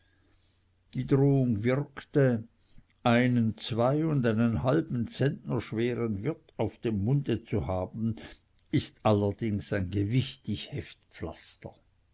die drohung wirkte einen zweiundeinenhalben zentner schweren wirt auf dem munde haben ist allerdings ein gewichtig heftpflaster